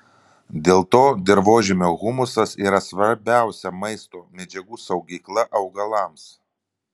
dėl to dirvožemio humusas yra svarbiausia maisto medžiagų saugykla augalams